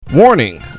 Warning